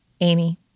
Amy